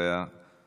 תודה רבה.